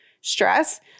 stress